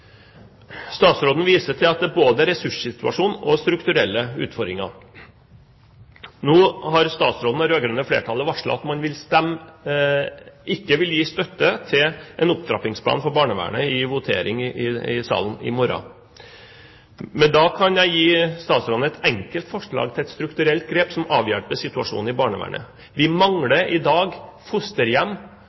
Statsråden viser til både ressurssituasjonen og strukturelle utfordringer. Nå har statsråden og det rød-grønne flertallet varslet at de ikke vil gi støtte til en opptrappingsplan for barnevernet ved votering i salen i morgen. Da kan jeg gi statsråden et enkelt forslag til et strukturelt grep som vil avhjelpe situasjonen i barnevernet. Vi mangler i dag fosterhjem